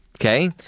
Okay